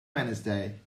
wednesday